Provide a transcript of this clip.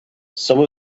some